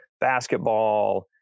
basketball